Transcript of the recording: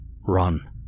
Run